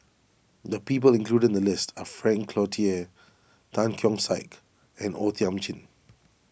the people included in the list are Frank Cloutier Tan Keong Saik and O Thiam Chin